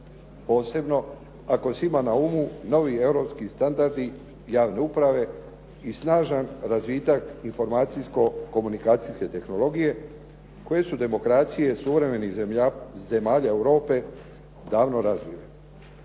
posebno ako se ima na umu novi europski standardi javne uprave i snažan razvitak informacijsko-komunikacijske tehnologije koje su demokracije suvremenih zemalja Europe davno razvili.